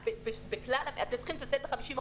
אתם צריכים לצמצם ב-50%?